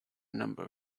number